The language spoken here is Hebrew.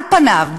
על פניו,